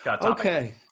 Okay